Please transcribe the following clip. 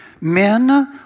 Men